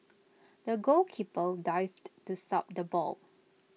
the goalkeeper dived to stop the ball